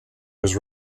his